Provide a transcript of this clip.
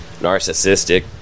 narcissistic